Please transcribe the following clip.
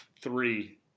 three